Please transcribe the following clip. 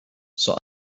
ساعت